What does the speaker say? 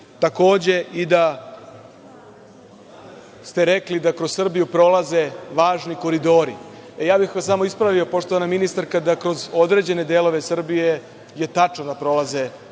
Takođe, i da ste rekli da kroz Srbiju prolaze važni koridori. Ja bih vas smo ispravio, poštovana ministarka, da kroz određene delove Srbije je tačno da prolaze veoma